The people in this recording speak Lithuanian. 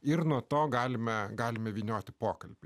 ir nuo to galime galime vynioti pokalbį